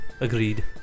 agreed